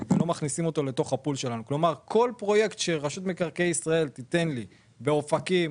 כל פרויקט שרשות מקרקעי ישראל תיתן לי באופקים,